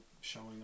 showing